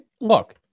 look –